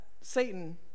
Satan